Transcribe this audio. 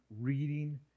reading